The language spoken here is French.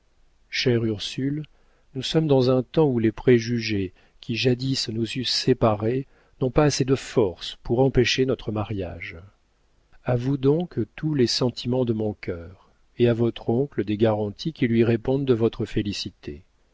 chère ursule nous sommes dans un temps où les préjugés qui jadis nous eussent séparés n'ont pas assez de force pour empêcher notre mariage a vous donc tous les sentiments de mon cœur et à votre oncle des garanties qui lui répondent de votre félicité